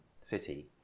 city